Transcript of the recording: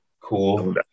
Cool